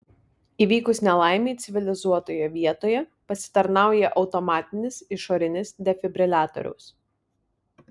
įvykus nelaimei civilizuotoje vietoje pasitarnauja automatinis išorinis defibriliatoriaus